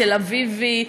תל-אביבי,